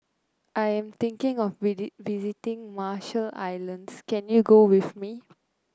I'm thinking of visiting Marshall Islands can you go with me